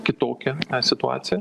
kitokia situacija